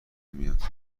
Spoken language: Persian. میاد